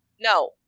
No